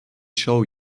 show